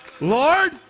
lord